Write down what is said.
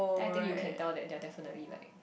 then I think you can tell that they are definitely like